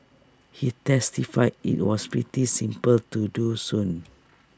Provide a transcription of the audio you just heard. he testified IT was pretty simple to do soon